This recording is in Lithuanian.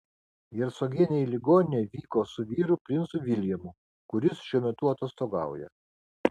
hercogienė į ligoninę vyko su vyru princu viljamu kuris šiuo metu atostogauja